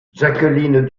jacqueline